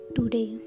Today